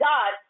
God